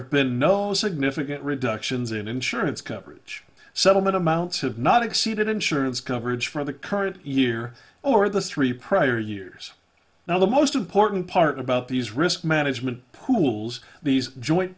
have been no significant reductions in insurance coverage settlement amounts have not exceeded insurance coverage for the current year or the three prior years now the most important part about these risk management pools these joint